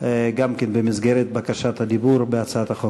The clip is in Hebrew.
גם כן במסגרת בקשת דיבור בהצעת החוק